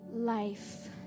Life